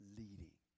leading